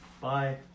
Bye